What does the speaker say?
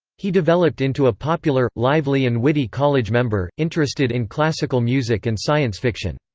he developed into a popular, lively and witty college member, interested in classical music and science fiction.